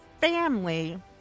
family